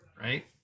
right